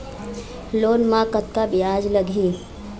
Loan म कतका ब्याज लगही?